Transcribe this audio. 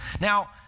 Now